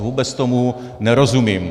Vůbec tomu nerozumím.